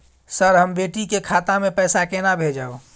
Sir, हम बेटी के खाता मे पैसा केना भेजब?